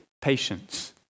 patience